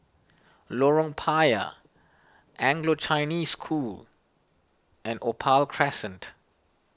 Lorong Payah Anglo Chinese School and Opal Crescent